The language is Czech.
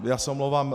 Já se omlouvám.